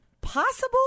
possible